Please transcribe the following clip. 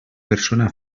persona